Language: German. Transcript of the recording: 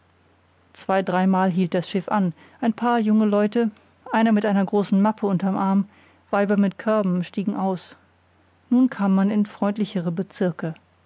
zwei dreimal hielt das schiff an ein paar junge leute einer mit einer großen mappe unterm arm weiber mit körben stiegen aus nun kam man in freundlichere bezirke